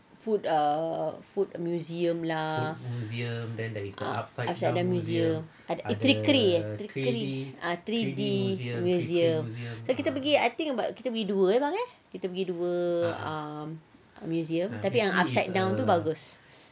food ah food museum lah upside down museum ada three three three D museum three D museum so kita pergi I think about kita pergi dua ya bang kan kita pergi dua museum tapi yang upside down tu bagus